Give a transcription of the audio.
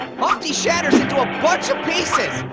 humpty shatters into a bunch of pieces.